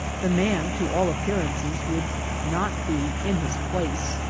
the man, to all appearances, would not be in his place.